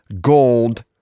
gold